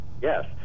Yes